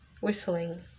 whistling